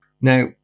Now